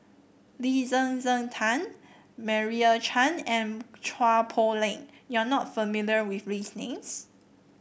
Lee Zhen Zhen Jane Meira Chand and Chua Poh Leng you are not familiar with these names